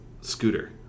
scooter